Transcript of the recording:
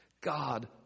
God